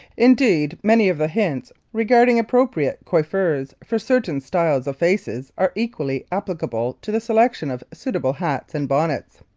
indeed many of the hints regarding appropriate coiffures for certain styles of faces are equally applicable to the selection of suitable hats and bonnets.